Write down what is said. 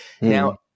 Now